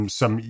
som